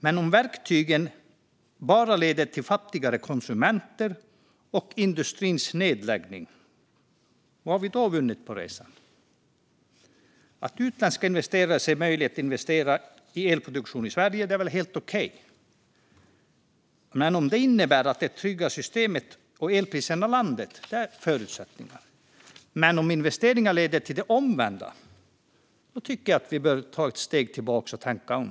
Men om verktygen bara leder till fattigare konsumenter och industrins nedläggning, vad har vi vunnit då på resan? Att utländska investerare ser möjlighet att investera i elproduktion i Sverige är väl helt okej, om det innebär att det tryggar systemet och elpriserna i landet. Det är förutsättningen. Men om investeringar leder till det omvända tycker jag att vi bör ta ett steg tillbaka och tänka om.